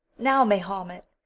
now, mahomet,